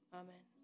amen